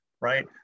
right